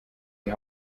die